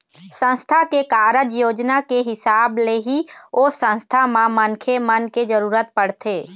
संस्था के कारज योजना के हिसाब ले ही ओ संस्था म मनखे मन के जरुरत पड़थे